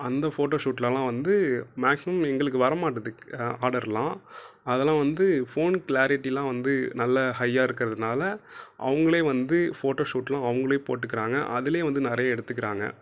அந்த ஃபோட்டோ ஷூட்டிலலாம் வந்து மேக்சிமம் எங்களுக்கு வர மாட்டேது ஆர்டர்லாம் அதுலாம் வந்து ஃபோன் கிளாரிட்டிலாம் வந்து நல்ல ஹையாக இருக்கிறதுனால அவங்களே வந்து ஃபோட்டோ ஷூட்டெலாம் அவங்களே போட்டுக்கிறாங்க அதுலேயே வந்து நிறைய எடுத்துக்கிறாங்க